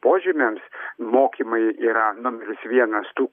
požymiams mokymai yra numeris vienas tų